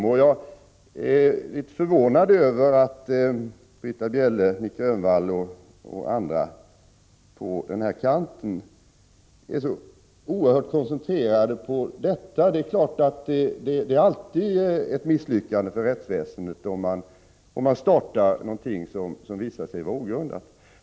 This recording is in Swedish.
Jag är litet förvånad över att Britta Bjelle och Nic Grönvall är så oerhört koncentrerade på detta. Det är naturligtvis alltid ett misslyckande för rättsväsendet om man startar någonting som visar sig vara ogrundat.